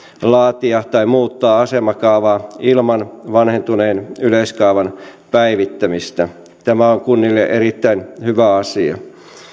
laatia tai muuttaa asemakaavaa ilman vanhentuneen yleiskaavan päivittämistä tämä on kunnille erittäin hyvä asia